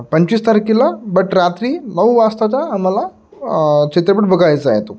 पंचवीस तारखेला बट रात्री नऊ वाजताचा आम्हाला चित्रपट बघायचा आहे तो